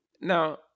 Now